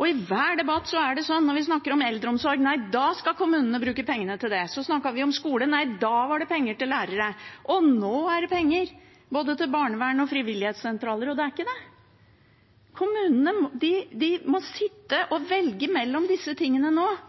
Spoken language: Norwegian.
og i hver debatt når vi snakker om eldreomsorg, er det sånn at da skal kommunene bruke pengene til det. Så snakket vi om skole, og da var det penger til lærere. Nå er det penger både til barnevern og til frivilligsentraler. Men det er ikke det. Kommunene må sitte og velge mellom disse